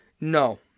no